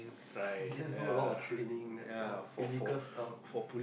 you just do a lot of training that's all physical stuff